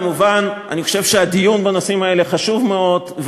כמובן אני חושב שהדיון בנושאים האלה חשוב מאוד,